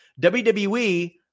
WWE